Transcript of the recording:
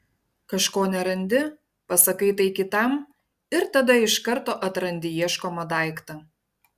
kažko nerandi pasakai tai kitam ir tada iš karto atrandi ieškomą daiktą